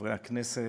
חברי הכנסת,